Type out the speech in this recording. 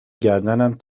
گردنم